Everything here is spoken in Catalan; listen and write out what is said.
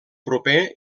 proper